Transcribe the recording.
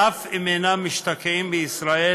אף אם אינם משתקעים בישראל,